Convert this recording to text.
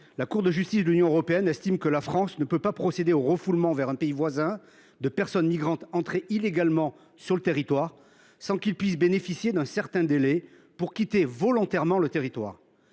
la Cour de justice de l’Union européenne (CJUE) a estimé que la France ne peut pas procéder au refoulement vers un pays voisin d’une personne migrante entrée illégalement sur le territoire sans que celle ci puisse bénéficier d’un certain délai pour le quitter volontairement. Cet arrêt se